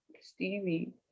Stevie